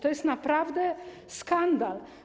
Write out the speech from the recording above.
To jest naprawdę skandal.